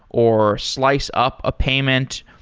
or slice up a payment.